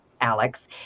Alex